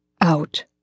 Out